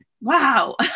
wow